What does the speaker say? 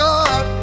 God